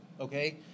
Okay